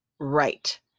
Right